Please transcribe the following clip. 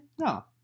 no